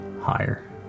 higher